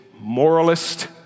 moralist